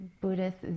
Buddhist